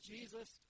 Jesus